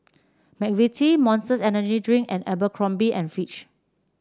McVitie Monster Energy Drink and Abercrombie and Fitch